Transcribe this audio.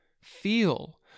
Feel